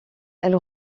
elle